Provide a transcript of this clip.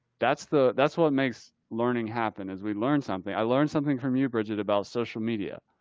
that's the, that's what makes learning happen. as we learned something, i learned something from you, bridget, about social media.